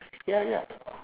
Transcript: ya ya